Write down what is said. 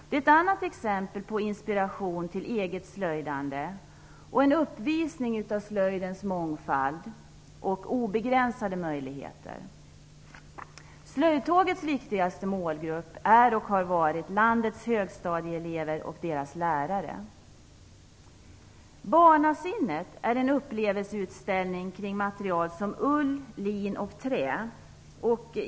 Det ger också inspiration till eget slöjdande och en uppvisning av slöjdens mångfald och obegränsade möjligheter. Slöjdtågets viktigaste målgrupp är och har varit landets högstadieelever och deras lärare. Barnasinnet är en upplevelseutställning kring material som ull, lin och trä.